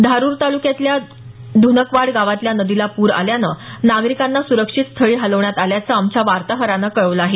धारूर तालुक्यातल्या ध्नकवाड गावातल्या नदीला पूर आल्यानं नागरिकांना सुरक्षित स्थळी हलवण्यात आल्याचं आमच्या वार्ताहरानं कळवलं आहे